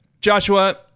Joshua